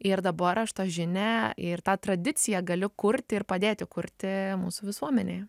ir dabar aš tą žinią ir tą tradiciją galiu kurti ir padėti kurti mūsų visuomenėje